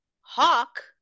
Hawk